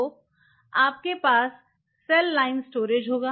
तो आपके पास सेल लाइन स्टोरेज होगा